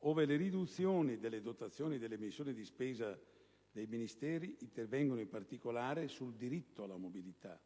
ove le riduzioni delle dotazioni delle missioni di spesa dei Ministeri intervengono, in particolare, sul diritto alla mobilità